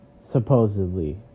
supposedly